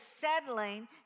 settling